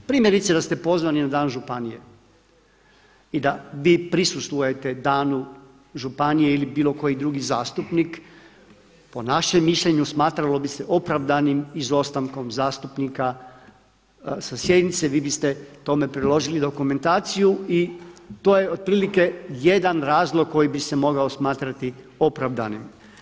Primjerice da ste pozvani na dan županije i da vi prisustvujete danu županije ili bilo koji drugi zastupnik po našem mišljenju smatralo bi se opravdanim izostankom zastupnika sa sjednice, vi biste tome priložili dokumentaciju i to je otprilike jedan razlog koji bi se mogao smatrati opravdanim.